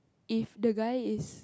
if the guy is